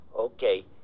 Okay